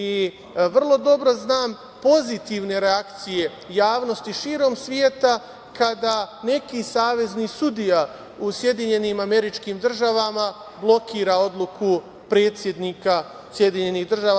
I vrlo dobro znam pozitivne reakcije javnosti širom sveta kada neki savezni sudija u SAD blokira odluku predsednika SAD.